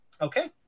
Okay